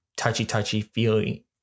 touchy-touchy-feely